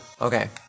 okay